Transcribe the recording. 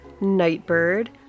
Nightbird